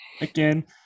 Again